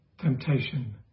temptation